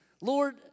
Lord